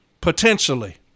potentially